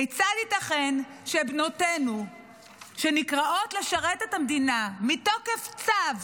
כיצד ייתכן שבנותינו שנקראות לשרת את המדינה מתוקף צו,